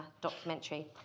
Documentary